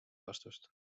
vastust